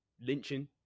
lynching